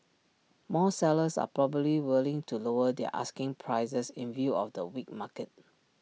more sellers are probably willing to lower their asking prices in view of the weak market